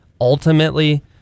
ultimately